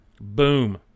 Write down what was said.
Boom